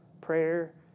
prayer